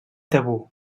tabú